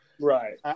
right